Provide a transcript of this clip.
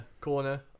corner